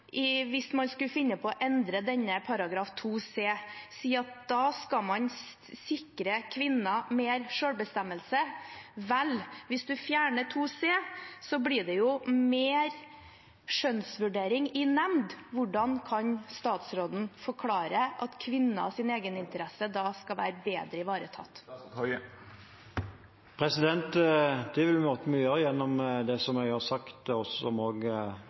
hvis man skulle finne på å endre § 2c – sier at man da skal sikre kvinner mer selvbestemmelse: Vel, hvis man fjerner § 2c, blir det jo mer skjønnsvurdering i nemnd. Hvordan kan statsråden forklare at kvinners egeninteresse da skal bli bedre ivaretatt? Det vil vi oppnå gjennom å gjøre det jeg har sagt, og som også Høyres leder har sagt, og